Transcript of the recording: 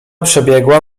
przebiegła